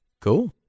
Cool